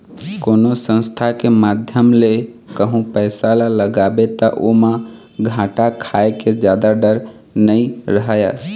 कोनो संस्था के माध्यम ले कहूँ पइसा ल लगाबे ता ओमा घाटा खाय के जादा डर नइ रहय